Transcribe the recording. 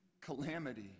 calamity